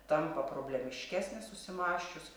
tampa problemiškesnis susimąsčius